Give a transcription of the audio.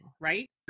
right